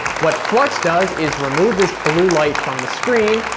what flux does is remove this blue light from the screen,